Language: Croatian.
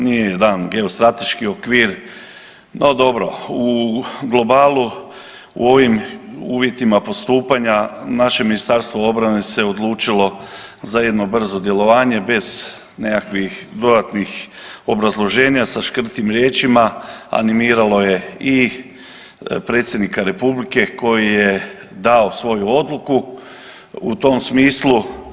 Nije dan geostrateški okvir, no dobro u globalu u ovim uvjetima postupanja naše Ministarstvo obrane se odlučilo za jedno brzo djelovanje bez nekakvih dodatnih obrazloženja sa škrtim riječima, animiralo je i Predsjednika Republike koji je dao svoju odluku u tom smislu.